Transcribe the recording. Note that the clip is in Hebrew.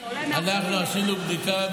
אנחנו עשינו בדיקה,